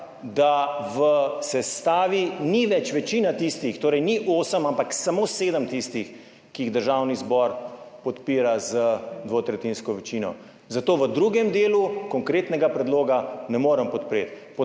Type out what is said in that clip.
da v sestavi ni več večine tistih, torej ni osem, ampak samo sedem tistih, ki jih Državni zbor podpira z dvotretjinsko večino. Zato v drugem delu konkretnega predloga ne morem podpreti.